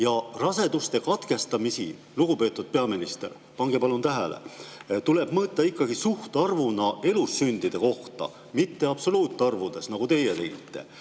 Raseduse katkestamisi – lugupeetud peaminister, pange palun tähele! – tuleb mõõta ikkagi suhtarvuna elussündide kohta, mitte absoluutarvudes, nagu teie tegite.